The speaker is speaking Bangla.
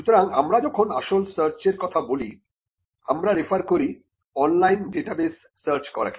সুতরাং আমরা যখন আসল সার্চ এর কথা বলি আমরা রেফার করি অনলাইন ডাটাবেস সার্চ করাকে